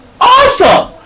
awesome